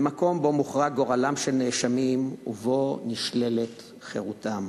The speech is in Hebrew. במקום שבו מוכרע גורלם של נאשמים ובו נשללת חירותם.